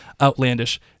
outlandish